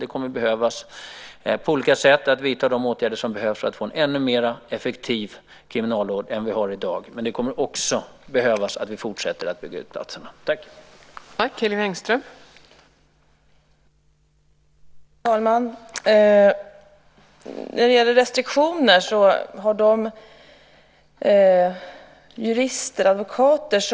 Det kommer på olika sätt att behöva vidtas åtgärder för att få en ännu mer effektiv kriminalvård än vi har i dag. Men det kommer också att behövas att vi fortsätter att bygga ut antalet platser.